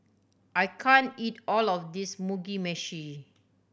I can't eat all of this Mugi Meshi